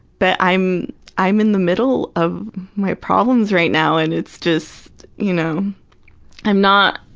but i'm i'm in the middle of my problems right now and it's just, you know i'm not